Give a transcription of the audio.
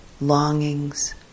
longings